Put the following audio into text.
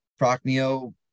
Procneo